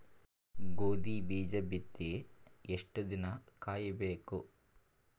ಗೋಧಿ ಬೀಜ ಬಿತ್ತಿ ಎಷ್ಟು ದಿನ ಕಾಯಿಬೇಕು?